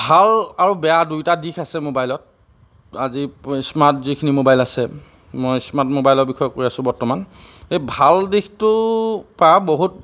ভাল আৰু বেয়া দুয়োটা দিশ আছে মোবাইলত আজিৰ স্মাৰ্ট যিখিনি মোবাইল আছে মই স্মাৰ্ট মোবাইলৰ বিষয়ে কৈ আছোঁ বৰ্তমান এই ভাল দিশটো পৰা বহুত